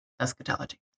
eschatology